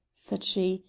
said she,